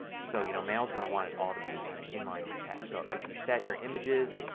so, you know, mail is going to want it all to be kind of inline with text. so if you set your images,